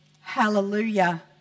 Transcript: Hallelujah